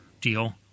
deal